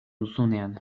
duzunean